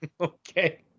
Okay